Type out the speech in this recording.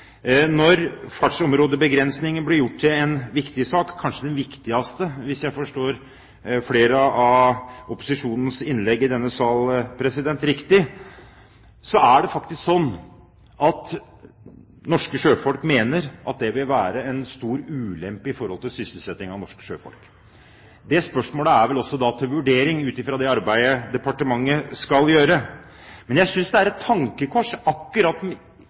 Når fartsområdebegrensningene blir gjort til en viktig sak – kanskje den viktigste, hvis jeg forstår flere av opposisjonens innlegg i denne sal riktig – er det faktisk slik at norske sjøfolk mener at det vil være en stor ulempe for sysselsettingen av norske sjøfolk. Det spørsmålet er vel også til vurdering – ut fra det arbeidet departementet skal gjøre. Men på bakgrunn av akkurat den diskusjonen synes jeg det er et